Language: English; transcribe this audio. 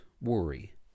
worry